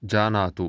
जानातु